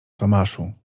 tomaszu